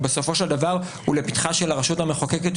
בסופו של דבר הוא לפתחה של הרשות המחוקקת,